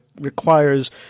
requires